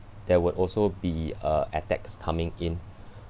there would also be uh attacks coming in